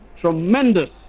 tremendous